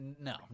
No